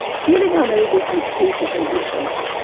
feeling unable to accede to her wishes,